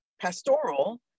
pastoral